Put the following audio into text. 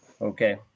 Okay